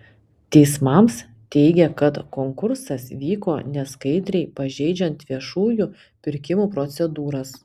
teismams teigė kad konkursas vyko neskaidriai pažeidžiant viešųjų pirkimų procedūras